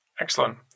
Excellent